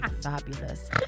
fabulous